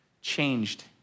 changed